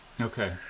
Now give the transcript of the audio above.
Okay